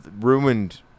ruined